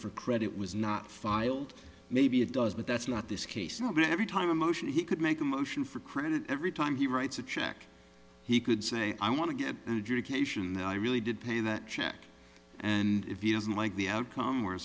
for credit was not filed maybe it does but that's not this case not every time a motion he could make a motion for credit every time he writes a check he could say i want to get an education that i really did pay that check and if he doesn't like the outcome